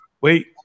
Wait